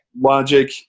logic